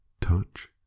touch